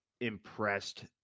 impressed